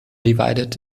divided